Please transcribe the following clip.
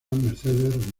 mercedes